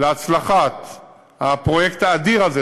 להצלחת הפרויקט האדיר הזה,